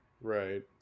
Right